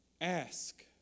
Ask